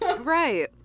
right